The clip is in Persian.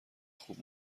خوب